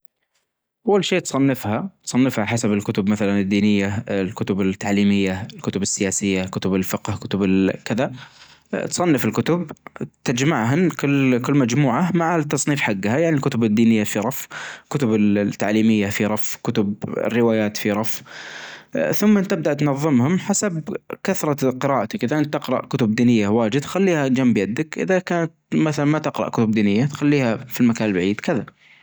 اول حاجة تفصل الكهرب. ثاني حاجة تنتظر نص ساعة علنية هذا الفريون. اه ثالث حاجة بتفضي الثلاجة تماما. اول شيء تفضي الثلاجة تماما تماما تماما ما تخلي فيها ولا شيء. ثما تخرج الدراج برا. اه تغسلهم. اه سواء بالموية او بماء حار او سائل او شيء ثمن اخر حاجة انك يعني ترجع كل حاجة مكانها تصبر ساعتين وتشغل الثلاجة مرة ثانية